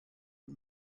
und